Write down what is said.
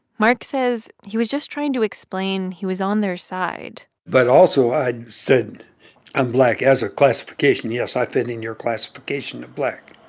mark says he was just trying to explain he was on their side but also, i said i'm black as a classification. yes, i fit in your classification of black